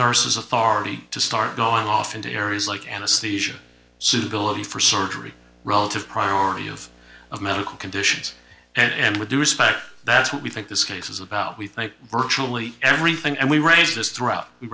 nurses authority to start going off into areas like anesthesia suitability for surgery relative priority of of medical conditions and with due respect that's what we think this case is about we think virtually everything and we raised this thr